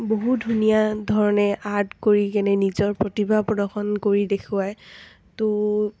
বহু ধুনীয়াধৰণে আৰ্ট কৰি কেনে নিজৰ প্ৰতিভা প্ৰদৰ্শন কৰি দেখুৱায় তো